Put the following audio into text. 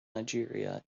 nigeria